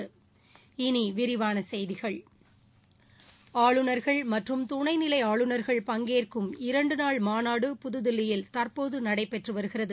இனி விரிவான செய்திகள் ஆளுநர்கள் மற்றும் துணை நிலை ஆளுநர்கள் பங்கேற்கும் இரண்டு நாள் மாநாடு புதுதில்லியில் தற்போது நடைபெற்று வருகிறது